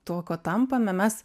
tuo kuo tampame mes